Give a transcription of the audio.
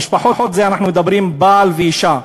"משפחות" אנחנו מדברים על בעל ואישה,